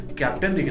captain